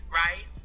right